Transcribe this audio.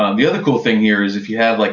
um the other cool thing here is if you have like.